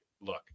look